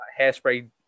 hairspray